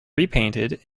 repainted